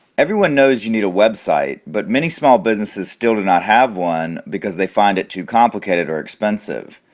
everyone knows you need a website, but many small businesses still do not have one because they find it too complicated or expensive.